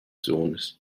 sohnes